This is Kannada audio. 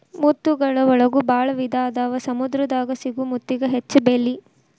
ಮುತ್ತುಗಳ ಒಳಗು ಭಾಳ ವಿಧಾ ಅದಾವ ಸಮುದ್ರ ದಾಗ ಸಿಗು ಮುತ್ತಿಗೆ ಹೆಚ್ಚ ಬೆಲಿ